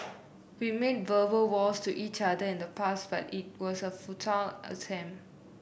we made verbal vows to each other in the past but it was a futile attempt